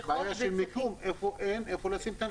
יש בעיה של מיקום, אין איפה לשים את המיכלים.